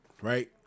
right